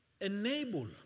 Enable